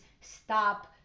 stop